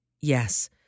Yes